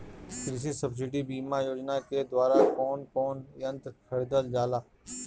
कृषि सब्सिडी बीमा योजना के द्वारा कौन कौन यंत्र खरीदल जाला?